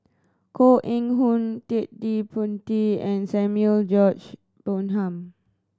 Koh Eng Hoon Ted De Ponti and Samuel George Bonham